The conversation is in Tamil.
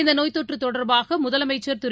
இந்தநோய்த் தொற்றுதொடர்பாகமுதலமைச்சர் திரு